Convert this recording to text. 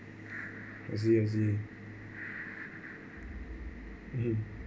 I see I see mm